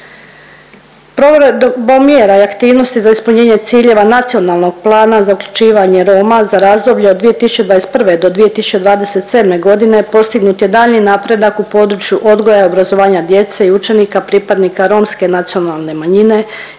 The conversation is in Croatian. Provedbom mjera i aktivnosti za ispunjenje ciljeva Nacionalnog plana za uključivanje Roma za razdoblje od 2021.-2027.g. postignut je daljnji napredak u području odgoja i obrazovanja djece i učenika pripadnika romske nacionalne manjine,